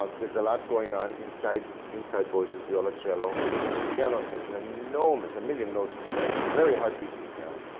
ah there's a lot going on, inside inside voices, viola, cello and the piano has an enormous a million notes to play very heartbeats for the piano